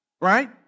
right